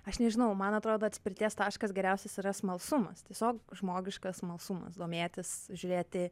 aš nežinau man atrodo atspirties taškas geriausias yra smalsumas tiesiog žmogiškas smalsumas domėtis žiūrėti